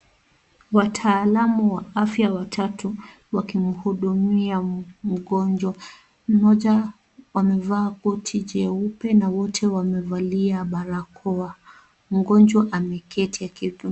Wataalamu wa afya watatu wakimhudumia mgonjwa mmoja amevaa koti jeupe na wote wamevalia barakoa mgonjwa ameketi aki...